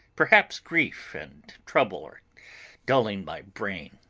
perhaps grief and trouble are dulling my brain.